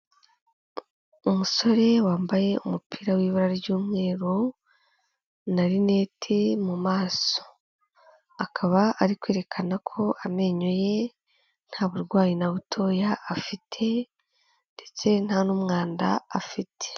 Umusore wambaye umupira w'ibara ry'umweru na rineti mu maso akaba ari kwerekana ko amenyo ye nta burwayi na butoya afite ndetse nta n'umwanda afite.